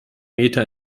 meter